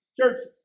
church